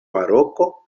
maroko